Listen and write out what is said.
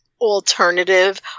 alternative